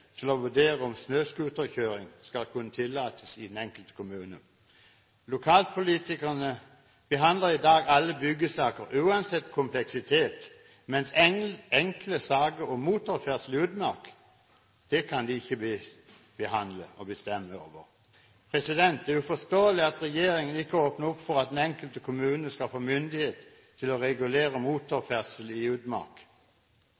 til å vurdere om snøscooterkjøring skal kunne tillates i den enkelte kommune. Lokalpolitikerne behandler i dag alle byggesaker uansett kompleksitet, mens enkle saker som motorferdsel i utmark, det kan de ikke behandle eller bestemme over. Det er uforståelig at regjeringen ikke åpner for at den enkelte kommune skal få myndighet til å regulere